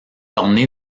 orné